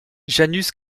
janus